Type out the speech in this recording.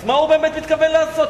אז מה הוא באמת מתכוון לעשות,